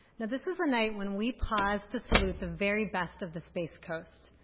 now this is a night when we pause to salute the very best of the space coast.